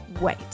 wait